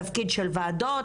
תפקיד של ועדות,